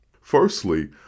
Firstly